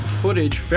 footage